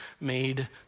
made